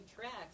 tracks